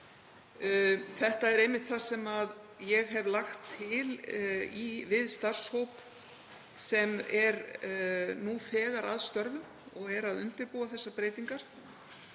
Þetta hef ég einmitt lagt til við starfshóp sem er nú þegar að störfum og er að undirbúa þessar breytingar.